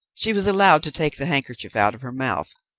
she was allowed to take the handkerchief out of her mouth,